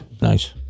nice